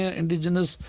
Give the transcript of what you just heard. indigenous